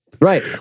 Right